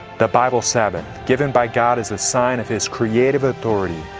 the bible sabbath, given by god as a sign of his creative authority,